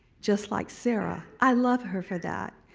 just like sarah. i love her for that,